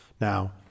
Now